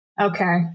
Okay